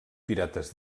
pirates